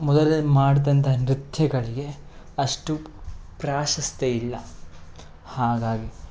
ಮೊದಲೇ ಮಾಡಿದಂತಹ ನೃತ್ಯಗಳಿಗೆ ಅಷ್ಟು ಪ್ರಾಶಸ್ತ್ಯ ಇಲ್ಲ ಹಾಗಾಗಿ